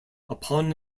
upon